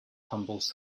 tumbles